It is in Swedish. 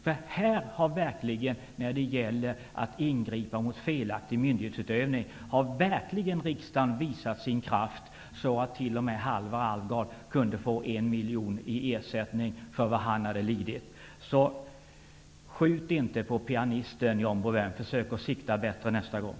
Riksdagen har verkligen visat sin kraft när det gällt att ingripa mot felaktig myndighetsutövning. T.o.m. Halvar Alvgard kunde få 1 miljon kronor i ersättning för vad han hade lidit. Skjut inte på pianisten, John Bouvin. Försök att sikta bättre nästa gång.